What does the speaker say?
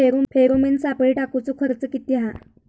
Pheromone सापळे टाकूचो खर्च किती हा?